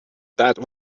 that